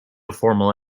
formal